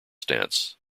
stance